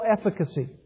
efficacy